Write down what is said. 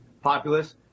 populace